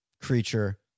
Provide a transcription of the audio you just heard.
creature